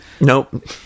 Nope